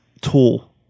tool